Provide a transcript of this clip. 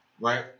Right